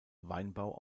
weinbau